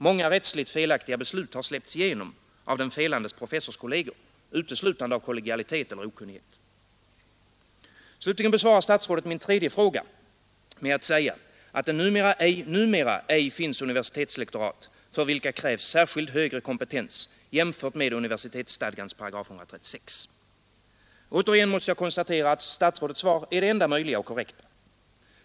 Många rättsligt felaktiga beslut har släppts igenom av den felandes professorskolleger, uteslutande av kollegialitet eller okunnighet. Slutligen besvarar statsrådet min tredje fråga med att säga, att det numera ej finns universitetslektorat för vilka krävs särskild högre kompetens jämfört med universitetsstadgans 136 §. Återigen måste jag konstatera, att statsrådets svar är det enda möjliga och korrekta.